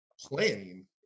Planning